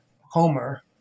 Homer